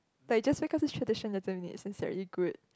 like just because it's tradition doesn't mean it's sincerely good